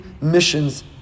missions